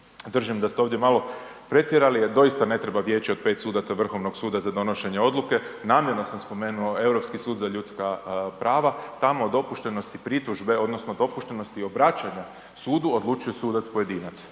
držim da ste ovdje malo pretjerali, jer doista ne treba Vijeće od 5 sudaca Vrhovnog suda, za donošenje odluke. Namjerno sam spomenuo Europski sud za ljudska prava. Tamo dopuštenosti pritužbe, odnosno, dopuštenosti obraćanja sudu, odlučuje sudac pojedinac.